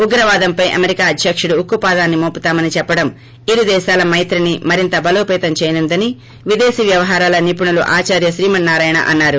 ఉగ్రవాదంపై అమెరికా అధ్యకుడు ఉక్కుపాదాన్ని ఆయుధాలు మోపుతామని చెప్పడం ఇరుదేశాల మైత్రిని మరింత బలోపతం చేయనుందని విదేశీ వ్యవహారాల నిపుణులు ఆచార్య శ్రీమన్నారాయణ అన్నారు